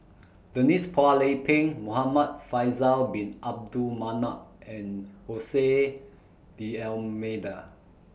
Denise Phua Lay Peng Muhamad Faisal Bin Abdul Manap and Ose D'almeida